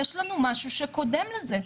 יש לנו משהו שקודם לזה,